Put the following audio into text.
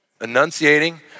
enunciating